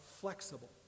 flexible